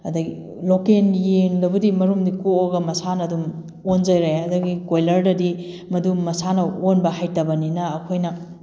ꯑꯗꯩ ꯂꯣꯀꯦꯜꯒꯤ ꯌꯦꯟꯗꯕꯨꯗꯤ ꯃꯔꯨꯝꯗꯤ ꯀꯣꯛꯑꯒ ꯃꯁꯥꯅ ꯑꯗꯨꯝ ꯑꯣꯟꯖꯔꯦ ꯑꯗꯒꯤ ꯀꯣꯏꯂꯔꯗꯗꯤ ꯃꯗꯨ ꯃꯁꯥꯅ ꯑꯣꯟꯕ ꯍꯩꯇꯕꯅꯤꯅ ꯑꯩꯈꯣꯏꯅ